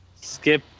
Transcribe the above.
Skip